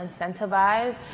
incentivize